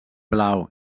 blau